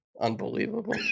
Unbelievable